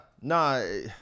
no